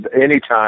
anytime